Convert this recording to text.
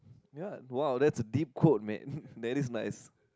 ya !wow! that is deep quote man that is nice